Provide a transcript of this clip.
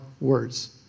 words